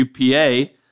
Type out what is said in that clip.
UPA